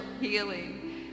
healing